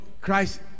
Christ